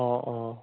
অঁ অঁ